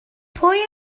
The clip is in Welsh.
pwy